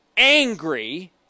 Angry